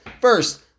First